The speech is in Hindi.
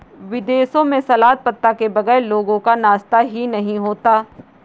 विदेशों में सलाद पत्ता के बगैर लोगों का नाश्ता ही नहीं होता